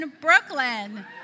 Brooklyn